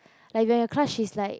like if your in her class she's like